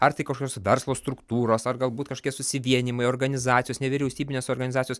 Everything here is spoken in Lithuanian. ar tai kažkoks verslo struktūros ar galbūt kažkie susivienijimai organizacijos nevyriausybinės organizacijos